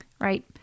Right